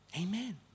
Amen